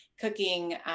cooking